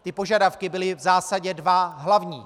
Ty požadavky byly v zásadě dva hlavní.